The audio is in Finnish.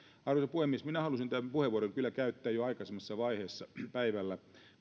arvoisa puhemies minä halusin tämän puheenvuoron kyllä käyttää jo aikaisemmassa vaiheessa päivällä